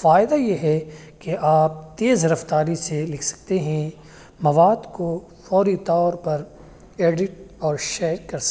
فائدہ یہ ہے کہ آپ تیز رفتاری سے لکھ سکتے ہیں مواد کو فوری طور پر ایڈٹ اور شیئر کر سکتے